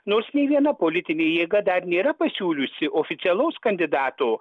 nors nė viena politinė jėga dar nėra pasiūliusi oficialaus kandidato